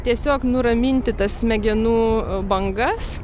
tiesiog nuraminti tas smegenų bangas